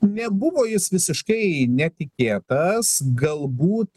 nebuvo jis visiškai netikėtas galbūt